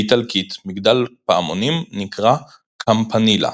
באיטלקית מגדל פעמונים נקרא קמפנילה.